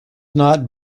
not